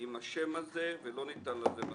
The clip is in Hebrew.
עם השם הזה ולא ניתן לזה מספיק,